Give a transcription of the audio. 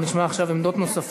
אנחנו נשמע עכשיו עמדות נוספות.